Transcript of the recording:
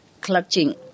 clutching